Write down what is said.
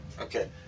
Okay